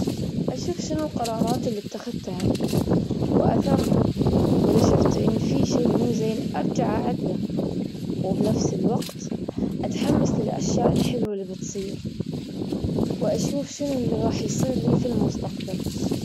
أشوف شنو القرارات اللي اتخذتها وأثرها. وإذا شفت إن في شيء مو زين أرجع أعدله، وبنفس الوقت أتحمس للأشياء الحلوة اللي بتصير. وأشوف شنو اللي رح يصير لي في المستقبل؟